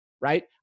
right